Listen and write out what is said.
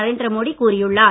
நரேந்திரமோடி கூறியுள்ளார்